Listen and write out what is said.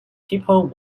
people